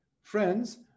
friends